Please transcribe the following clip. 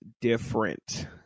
different